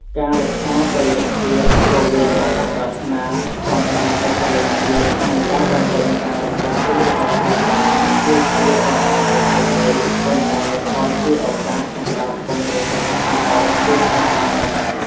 ការរក្សាតុល្យភាពរវាងបំណងប្រាថ្នាចង់បានឯករាជ្យភាព និងការបំពេញការរំពឹងទុករបស់គ្រួសារ គឺជាបញ្ហាប្រឈមមួយ ប៉ុន្តែក៏ជាឱកាសសម្រាប់ពង្រឹងទំនាក់ទំនងគ្រួសារផងដែរ។